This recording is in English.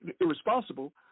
irresponsible